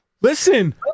listen